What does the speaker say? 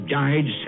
died